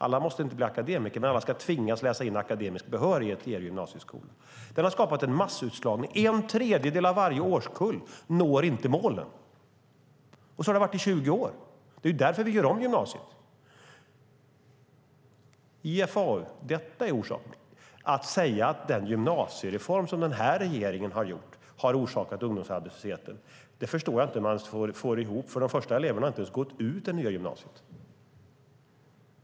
Alla måste inte bli akademiker, men alla ska tvingas läsa in akademisk behörighet i er gymnasieskola. Det har skapat en massutslagning. En tredjedel av varje årskull når inte målen, och så har det varit i 20 år. Det är därför vi gör om gymnasiet. Enligt IFAU är detta orsaken. Att säga att den gymnasiereform den här regeringen har genomfört har orsakat ungdomsarbetslösheten förstår jag inte hur man får ihop, för de första eleverna har inte ens gått ur det nya gymnasiet.